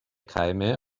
keime